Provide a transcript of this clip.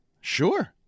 Sure